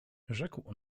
rzekł